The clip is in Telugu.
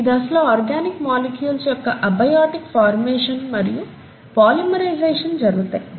ఈ దశలో ఆర్గానిక్ మొలిక్యూల్స్ యొక్క అబయటిక్ ఫార్మేషన్ మరియు పొలిమేరైజేషన్ జరుగుతాయి